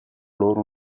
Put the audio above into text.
loro